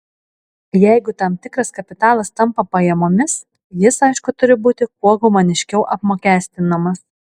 jeigu tam tikras kapitalas tampa pajamomis jis aišku turi būti kuo humaniškiau apmokestinamas